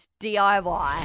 DIY